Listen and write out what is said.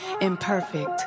imperfect